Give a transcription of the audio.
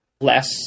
less